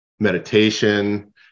meditation